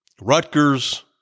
Rutgers